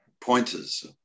Pointers